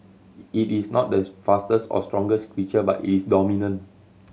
it is not the fastest or strongest creature but it is dominant